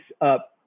up